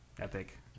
epic